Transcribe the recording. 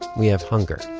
we have hunger